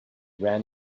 ran